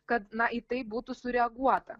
kad na į tai būtų sureaguota